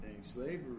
Slavery